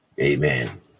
Amen